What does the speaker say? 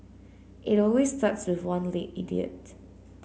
it always starts with one late idiot